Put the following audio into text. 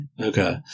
Okay